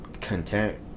content